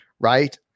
Right